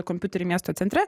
kompiuterį miesto centre